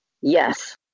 yes